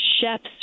chefs